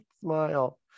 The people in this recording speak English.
smile